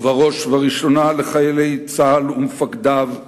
ובראש ובראשונה לחיילי צה"ל ומפקדיו,